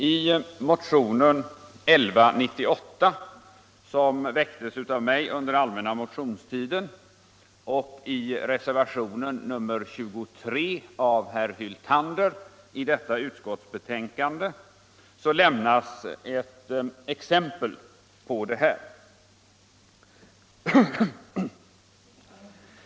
I motionen 1198, som jag väckte under allmänna motionstiden, och i herr Hyltanders reservation nr 23 till detta utskottsbetänkande redovisas ett exempel på detta.